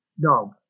dog